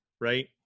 right